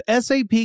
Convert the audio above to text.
SAP